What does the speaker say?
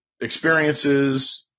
experiences